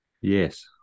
Yes